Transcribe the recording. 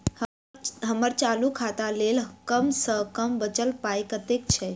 हम्मर चालू खाता लेल कम सँ कम बचल पाइ कतेक छै?